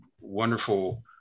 wonderful